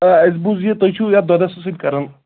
آ اَسہِ بوٗز یہِ تُہۍ چھُو یَتھ دۄدَس سۭتۍ کران